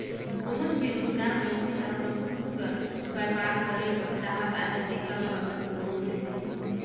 कोनोच बेरोजगार मइनसे हर अपन खुद कर बयपार करे बर चाहत अहे तेकर बर लोन देथे